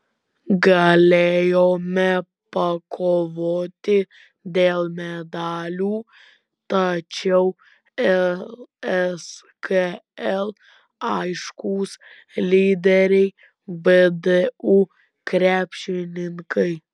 galėjome pakovoti dėl medalių tačiau lskl aiškūs lyderiai vdu krepšininkai